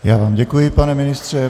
Já vám děkuji, pane ministře.